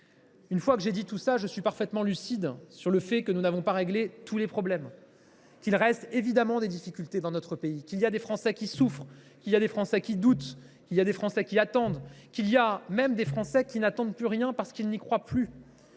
d’eux. Cela étant dit, je reste parfaitement lucide : nous n’avons pas réglé tous les problèmes, il reste évidemment des difficultés dans notre pays. Il y a des Français qui souffrent. Il y a des Français qui doutent. Il y a des Français qui attendent. Il y a même des Français qui n’attendent plus rien, parce qu’ils n’y croient plus